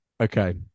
okay